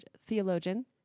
theologian